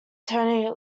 tony